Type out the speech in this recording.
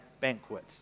banquet